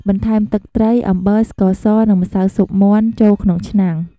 បន្ថែម ទឹកត្រី អំបិល ស្ករស និង ម្សៅស៊ុបមាន់ ចូលក្នុងឆ្នាំង។